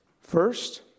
First